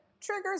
triggers